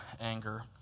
anger